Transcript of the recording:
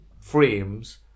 frames